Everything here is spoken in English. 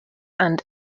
and